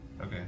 Okay